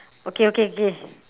okay okay k